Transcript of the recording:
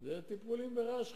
זה טיפול ברעש שכנים.